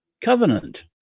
covenant